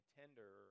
tender